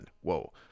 Whoa